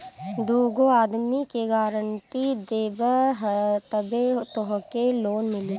दूगो आदमी के गारंटी देबअ तबे तोहके लोन मिली